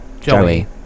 Joey